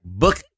book